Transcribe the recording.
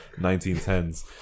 1910s